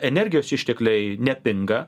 energijos ištekliai nepinga